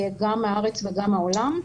גם מהארץ וגם מהעולם,